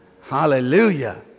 Hallelujah